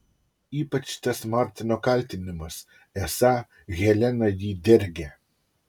ypač tas martino kaltinimas esą helena jį dergia